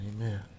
amen